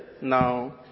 now